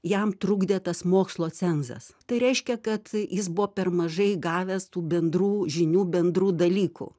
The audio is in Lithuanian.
jam trukdė tas mokslo cenzas tai reiškia kad jis buvo per mažai gavęs tų bendrų žinių bendrų dalykų